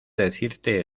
decirte